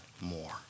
more